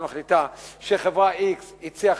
והיא מחליטה שחברה x הציעה